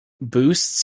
boosts